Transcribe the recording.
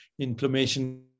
inflammation